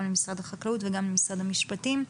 גם למשרד החקלאות וגם למשרד המשפטים.